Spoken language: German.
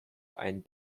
einen